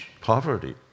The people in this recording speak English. poverty